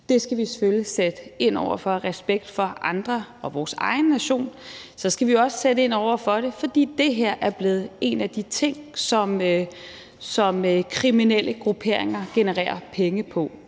Det skal vi selvfølgelig sætte ind over for af respekt for andre og vores egen nation. Så skal vi jo også sætte ind over for det – og det er den anden grund – fordi det her er blevet en af de ting, som kriminelle grupperinger genererer penge på.